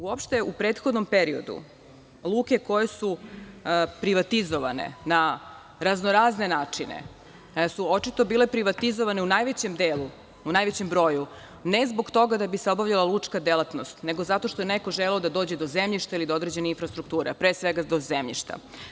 Uopšte u prethodnom periodu luke koje su privatizovane na raznorazne načine su očito bile privatizovane u najvećem delu, u najvećem broju, ne zbog toga da bi se obavljala lučka delatnost, neko zato što je neko želeo da dođe do zemljišta ili do određene infrastrukture, a pre svega do zemljišta.